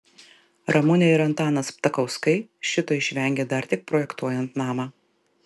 ramunė ir antanas ptakauskai šito išvengė dar tik projektuojant namą